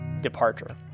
departure